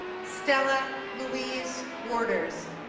stella louise worters